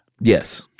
Yes